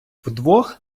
вдвох